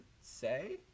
say